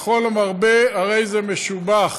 וכל המרבה הרי זה משובח.